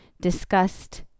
discussed